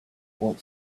what